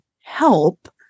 help